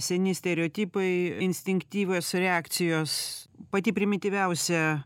seni stereotipai instinktyvios reakcijos pati primityviausia